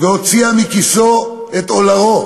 והוציאה מכיסו את אולרו,